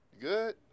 Good